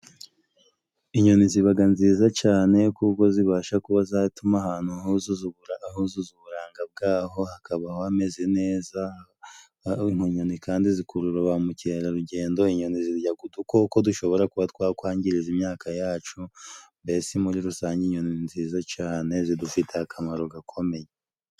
Inyoni zibaga nziza cane kuko zibasha kuba zatuma ahantu huzuza huzuza uburanga bwaho hakabaho hameze neza, inyoni kandi zikurura ba mukerarugendo, inyoni ziryaga udukoko dushobora kuba twakwangiriza imyaka yacu mbesi muri rusange inyoni ni nziza cane zidufitiye akamaro gakomeye.